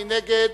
מי נגד?